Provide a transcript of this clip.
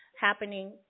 happening